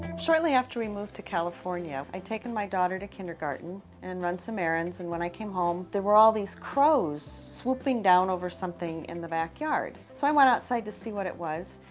shortly after we moved to california, i'd taken my daughter to kindergarten and run some errands. and when i came home, there were all these crows swooping down over something in the backyard. so i went outside to see what it was.